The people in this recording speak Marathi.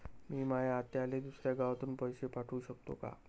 मी माया आत्याले दुसऱ्या गावातून पैसे पाठू शकतो का?